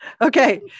Okay